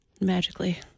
magically